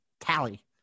tally